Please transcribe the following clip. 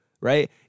right